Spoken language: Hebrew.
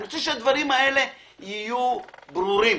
קודם כול אני רוצה שהדברים האלה יהיו ברורים.